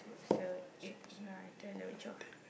seven eight nine ten eleven twelve